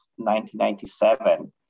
1997